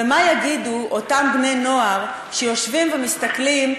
ומה יגידו אותם בני-נוער שיושבים ומסתכלים,